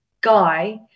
guy